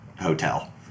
hotel